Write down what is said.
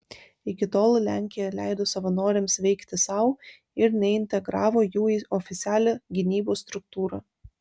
iki tol lenkija leido savanoriams veikti sau ir neintegravo jų į oficialią gynybos struktūrą